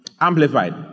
Amplified